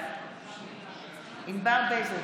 ענבר בזק,